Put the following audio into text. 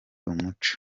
umuco